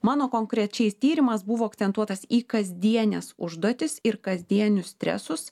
mano konkrečiai tyrimas buvo akcentuotas į kasdienes užduotis ir kasdienius stresus